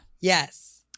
Yes